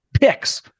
picks